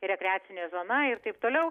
rekreacinė zona ir taip toliau